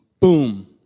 Boom